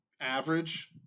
average